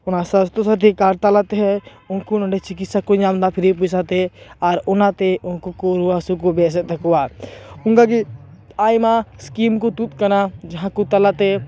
ᱚᱱᱟ ᱥᱟᱥᱛᱷᱚ ᱥᱟᱛᱷᱤ ᱠᱟᱨᱰ ᱛᱟᱞᱟᱛᱮ ᱩᱱᱠᱩ ᱱᱚᱰᱮ ᱪᱤᱠᱤᱥᱟ ᱠᱚ ᱧᱟᱢ ᱮᱫᱟ ᱯᱷᱤᱨᱤ ᱯᱚᱭᱥᱟ ᱛᱮ ᱟᱨ ᱚᱱᱟᱛᱮ ᱩᱱᱠᱩ ᱠᱚ ᱨᱩᱭᱟᱹ ᱦᱟᱥᱩ ᱠᱚ ᱵᱮᱥᱮᱫ ᱛᱟᱠᱚᱣᱟ ᱚᱱᱠᱟ ᱜᱮ ᱟᱭᱢᱟ ᱤᱥᱠᱤᱢ ᱠᱚ ᱛᱩᱫ ᱟᱠᱟᱱᱟ ᱡᱟᱦᱟᱸ ᱠᱚ ᱛᱟᱞᱟᱛᱮ